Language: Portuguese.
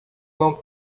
não